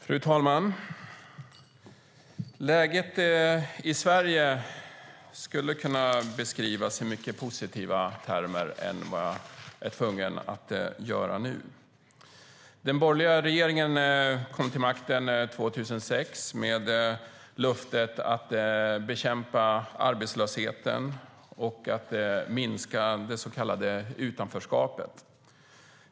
Fru talman! Läget i Sverige skulle kunna beskrivas i mycket positivare termer än vad jag är tvungen att göra nu. Den borgerliga regeringen kom till makten 2006 med löftet att bekämpa arbetslösheten och minska det så kallade utanförskapet.